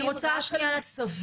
אתם מסתכלים רק על מוסבים.